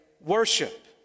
worship